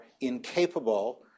incapable